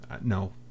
No